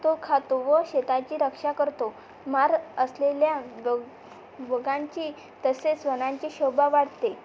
तो खातो व शेतांची रक्षा करतो मार असलेल्या गौ बोकांची तसेच स्वनांची शोभा वाढते